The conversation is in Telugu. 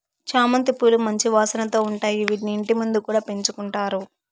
చామంతి పూలు మంచి వాసనతో ఉంటాయి, వీటిని ఇంటి ముందు కూడా పెంచుకుంటారు